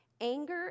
Anger